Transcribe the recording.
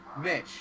mitch